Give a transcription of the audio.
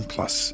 Plus